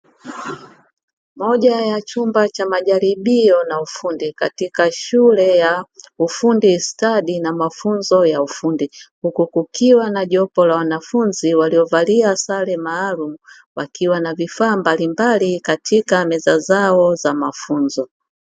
Moja ya chumba cha majaribio na ufundi katika shule ya ufundi stadi na mafunzo ya ufundi, huku kukiwa na jopo la wanafunzi waliovalia sare maalumu, wakiwa na vifaa mbalimbali katika meza zao za mafunzo.